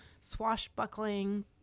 swashbuckling